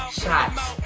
shots